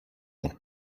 noch